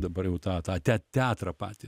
dabar jau tą tą tea teatrą patį